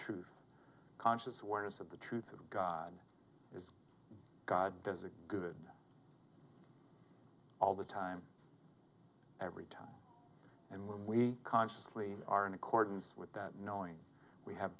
truth conscious awareness of the truth of god god does a good all the time every time and when we consciously are in accordance with that knowing we have